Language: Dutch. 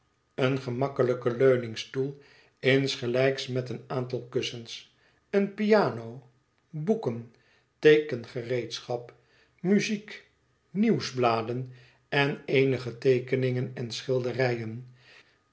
een gemakkelijken leuningstoel insgelijks met een aantal kussens eene piano boeken teekengereedschap muziek nieuwsbladen en eenige teekeningen en schilderijen